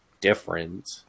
different